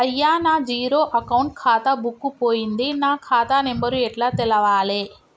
అయ్యా నా zero account ఖాతా బుక్కు పోయింది నా ఖాతా నెంబరు ఎట్ల తెలవాలే?